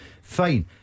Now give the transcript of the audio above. Fine